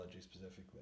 specifically